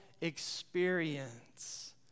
experience